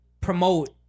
promote